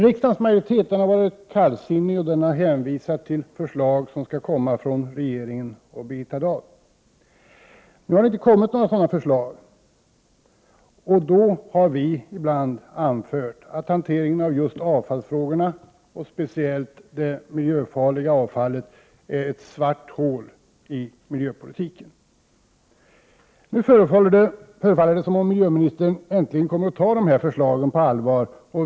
Riksdagens majoritet har emellertid varit kallsinnig och hänvisat till förslag som skall komma från Birgitta Dahl och regeringen. Det har inte kommit några sådana förslag, och vi har ibland anfört att hanteringen av just avfallsfrågorna, speciellt frågorna om det miljöfarliga avfallet, är ett svart hål i miljöpolitiken. Nu förefaller det som om miljöministern äntligen kommer att ta dessa förslag på allvar.